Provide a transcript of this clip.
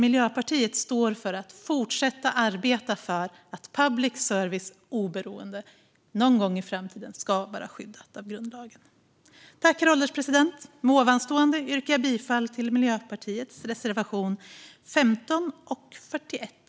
Miljöpartiet står för att fortsätta arbeta för att public services oberoende någon gång i framtiden ska vara skyddat i grundlagen. Herr ålderspresident! Med hänvisning till ovanstående yrkar jag bifall till Miljöpartiets reservationer 15 och 41.